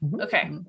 okay